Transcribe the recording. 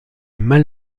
mal